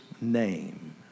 name